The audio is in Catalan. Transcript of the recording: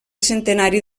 centenari